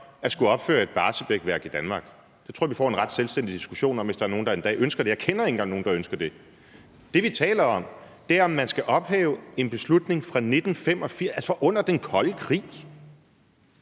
at skulle opføre et Barsebäckværk i Danmark. Det tror jeg vi får en ret selvstændig diskussion om, hvis der er nogen, der en dag ønsker det, og jeg kender ikke engang nogen, der ønsker det. Men det, vi taler om, er, om man skal ophæve en beslutning fra 1985, altså fra under den kolde krig,